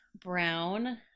brown